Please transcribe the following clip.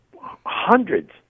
hundreds